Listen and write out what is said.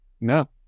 no